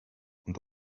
und